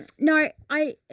no, i,